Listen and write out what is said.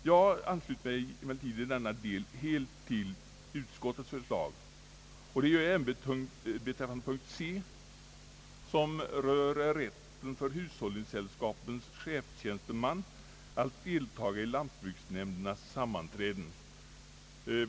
Jag ansluter mig emellertid i denna del helt till utskottets förslag, och det gör jag även beträffande punkt c, som rör rätten för hushållningssällskapens chefstjänsteman att deltaga i lantbruksnämndernas sammanträden.